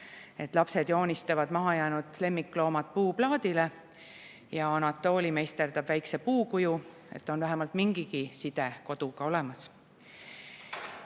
et lapsed joonistavad mahajäänud lemmikloomad puuplaadile ja Anatoli meisterdab väikese puukuju, sest siis on vähemalt mingigi side koduga olemas.